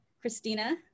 Christina